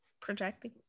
Projecting